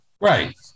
Right